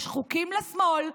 יש חוקים לשמאל,